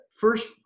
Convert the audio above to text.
first